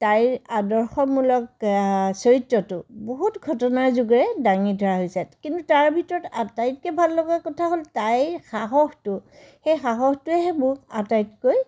তাইৰ আদৰ্শমূলক চৰিত্ৰটো বহুত ঘটনাৰ যোগেৰে দাঙি ধৰা হৈছে কিন্তু তাৰ ভিতৰত আটাইতকৈ ভাল লগা কথা হ'ল তাইৰ সাহসটো সেই সাহসটোহে মোক আটাইতকৈ